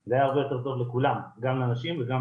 זה היה הרבה יותר טוב לכולם גם לנשים וגם